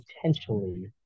potentially